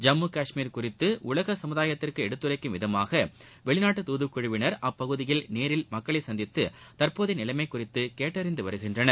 ஜம்மு காஷ்மீர் குறித்து உலக சமுதாயத்திற்கு எடுத்துரைக்கும் விதமாக வெளிநாட்டுத் துதுக்குழுவினர் அப்பகுதியில் நேரில் மக்களை சந்தித்து தற்போதைய நிலைமை குறித்து கூட்டறிந்து வருகின்றனர்